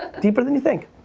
deeper than you think.